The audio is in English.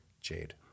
Jade